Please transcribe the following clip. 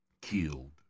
killed